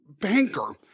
banker